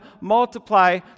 multiply